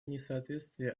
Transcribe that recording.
несоответствие